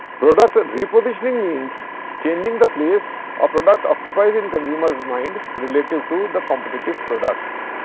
product and repositioning means changing the place a product occupies in consumers' mind relative to the competitive products.